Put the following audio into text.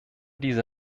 diese